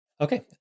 Okay